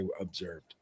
observed